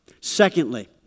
Secondly